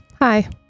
hi